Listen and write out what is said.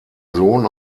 sohn